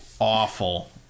awful